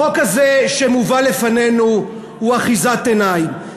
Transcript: החוק הזה שמובא לפנינו הוא אחיזת עיניים.